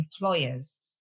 employers